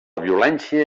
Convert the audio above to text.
violència